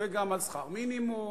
וגם על שכר מינימום.